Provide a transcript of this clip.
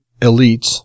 elites